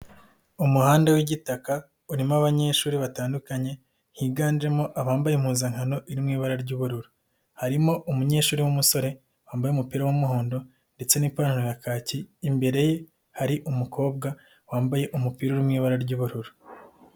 Umuhanda w'igitaka urimo abanyeshuri batandukanye higanjemo abambaye impuzankano iri mu ibara ry'ubururu, harimo umunyeshuri w'umusore wambaye umupira w'umuhondo ndetse n'ipantaro ya kaki, imbere ye hari umukobwa wambaye umupira wo mu ibara ry'ubururu.